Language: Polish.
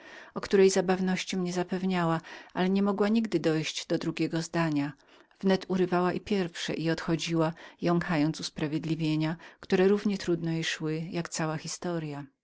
o której zabawności mnie zapewniała ale nie mogąc nigdy dojść do drugiego peryodu nareszcie zaprzestała i początku i odchodziła jąkając wymówki które równie trudno jej szły jak cała historya